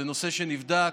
זה נושא שנבדק.